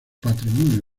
patrimonio